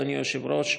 אדוני היושב-ראש,